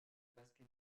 basket